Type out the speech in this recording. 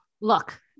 look